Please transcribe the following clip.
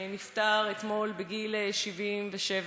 שנפטר אתמול בגיל 77,